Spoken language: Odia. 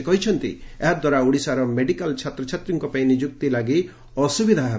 ସେ କହିଛନ୍ତି ଏହା ଦ୍ୱାରା ଓଡ଼ିଶାର ମେଡିକାଲ ଛାତ୍ରଛାତ୍ରୀଙ୍କ ପାଇଁ ନିଯୁକ୍ତି ଲାଗି ଅସୁବିଧା ହେବ